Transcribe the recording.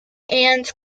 and